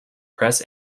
press